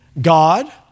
God